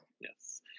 yes